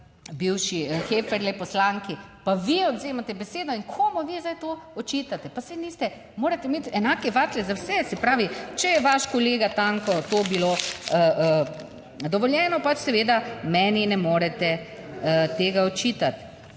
bivši Heferle poslanki. Pa vi odvzemate besedo in komu vi zdaj to očitate? Pa saj niste, morate imeti enake vatle za vse. Se pravi, če je vaš kolega Tanko to bilo dovoljeno, pač seveda meni ne morete tega očitati,